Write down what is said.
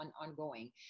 ongoing